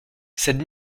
cette